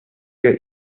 get